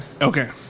Okay